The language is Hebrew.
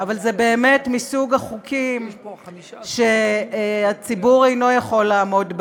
אבל זה באמת מסוג החוקים שהציבור אינו יכול לעמוד בהם.